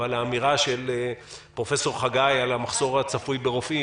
אבל האמירה של פרופ' חגי על המחסור הצפוי ברופאים